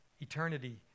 eternity